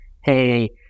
hey